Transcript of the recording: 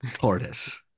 Tortoise